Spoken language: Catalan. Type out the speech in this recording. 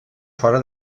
fora